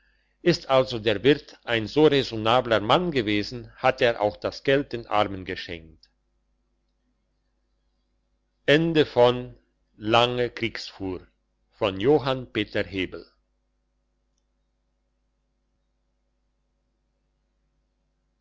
ist also der wirt ein so räsonabler mann gewesen hat er auch das geld den armen geschenkt